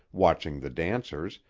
watching the dancers,